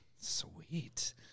Sweet